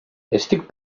estic